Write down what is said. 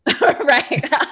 Right